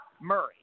Murray